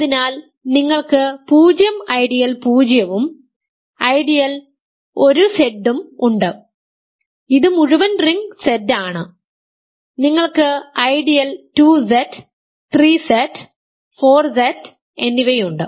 അതിനാൽ നിങ്ങൾക്ക് 0 ഐഡിയൽ 0 ഉം ഐഡിയൽ 1Z ഉം ഉണ്ട് ഇത് മുഴുവൻ റിംഗ് Z ആണ് നിങ്ങൾക്ക് ഐഡിയൽ 2Z 3Z 4Z എന്നിവയുണ്ട്